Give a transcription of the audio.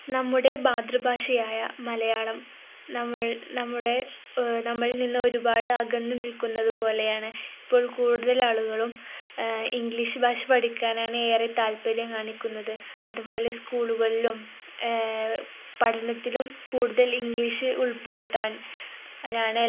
നമ്മുടെ മാതൃഭാഷയായ മലയാളം നമ്മളിൽ നിന്ന് ഒരുപാട് അകന്നുനിൽക്കുന്നത് പോലെയാണ് ഇപ്പോൾ കൂടുതൽ ആളുകളും ഇംഗ്ലീഷ് ഭാഷ പഠിക്കാനാണ് ഏറെ താല്പര്യം കാണിക്കുന്നത് അതുപോലെ സ്കൂളുകളിലും പഠനത്തിലും കൂടുതൽ ഇംഗ്ലീഷ് ഉൾപ്പെടുത്താനാണ്